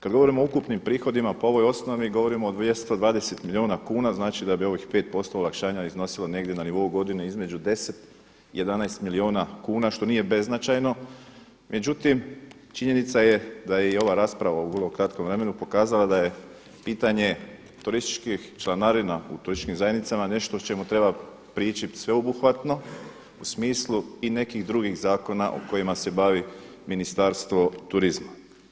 Kad govorimo o ukupnim prihodima po ovoj osnovi govorimo od 220 milijuna kuna, znači da bi ovih 5 posto olakšanja iznosilo negdje na nivou godine između 10, 11 milijuna kuna što nije beznačajno, međutim činjenica je da je i ova rasprava u vrlo kratkom vremenu pokazala da je pitanje turistički članarina u turističkim zajednicama nešto o čemu treba prići sveobuhvatno u smislu i nekih drugih zakona o kojima se bavi Ministarstvo turizma.